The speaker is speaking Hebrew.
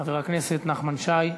חבר הכנסת נחמן שי,